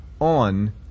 on